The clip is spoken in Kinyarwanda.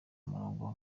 umurongo